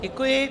Děkuji.